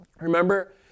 Remember